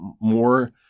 more